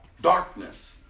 darkness